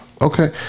Okay